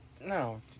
No